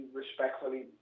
respectfully